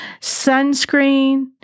sunscreen